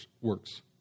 works